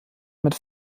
mit